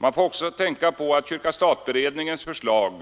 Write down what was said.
Man får också tänka på att stat—kyrka-beredningens förslag